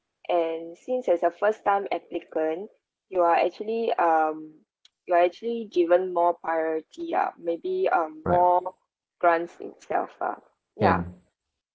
and since as a first time applicant you are actually um you're actually given more priority ah maybe um more grants itself ah ya